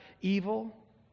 evil